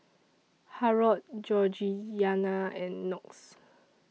Harrold Georgianna and Knox